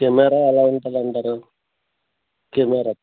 camera ఎలా ఉంటుంది అంటారు కెమెరా